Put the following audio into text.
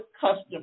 customers